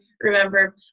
remember